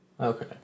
Okay